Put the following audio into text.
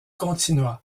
continua